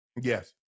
Yes